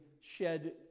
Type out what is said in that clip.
shed